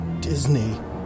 Disney